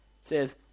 says